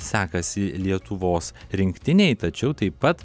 sekasi lietuvos rinktinei tačiau taip pat